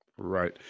right